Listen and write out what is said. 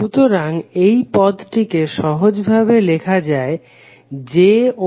সুতরাং এই পদটিকে সহজভাবে লেখা যায় jωLImej∅